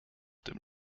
dem